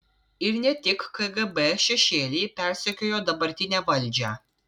ir ne tik kgb šešėliai persekiojo dabartinę valdžią